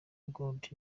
good